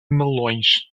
melões